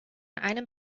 einem